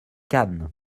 cannes